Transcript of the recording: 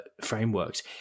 frameworks